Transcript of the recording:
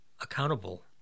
accountable